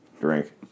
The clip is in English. drink